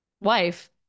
wife